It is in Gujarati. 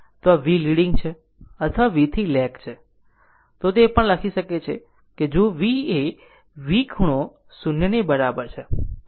તો આ v લીડીંગ છે અથવા V થી લેગ છે આ તે પણ લખી શકે છે જો v એ V ખૂણો 0 બરાબર છે તો પછી ખૂણો ϕ હશે